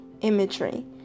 imagery